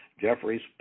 Jeffrey's